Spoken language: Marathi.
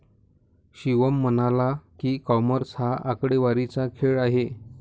शिवम म्हणाला की, कॉमर्स हा आकडेवारीचा खेळ आहे